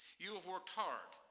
you have worked hard,